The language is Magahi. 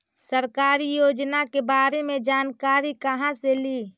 सरकारी योजना के बारे मे जानकारी कहा से ली?